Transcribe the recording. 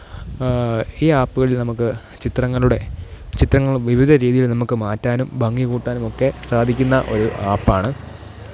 ഈ ആപ്പുകളിൽ നമുക്ക് ചിത്രങ്ങളുടെ ചിത്രങ്ങൾ വിവിധ രീതിയിൽ നമുക്ക് മാറ്റാനും ഭംഗി കൂട്ടാനും ഒക്കെ സാധിക്കുന്ന ഒരു ആപ്പാണ്